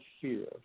fear